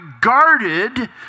guarded